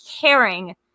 caring